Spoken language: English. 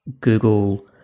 Google